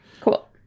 Cool